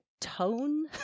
tone